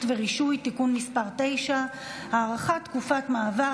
ורישוי) (תיקון מס' 9) (הארכת תקופת מעבר),